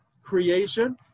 creation